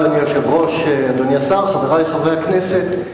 אדוני היושב-ראש, אדוני השר, חברי חברי הכנסת,